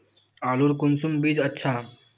आलूर कुंसम बीज अच्छा?